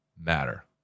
matter